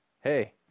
hey